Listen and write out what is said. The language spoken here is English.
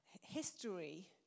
History